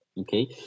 okay